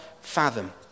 fathom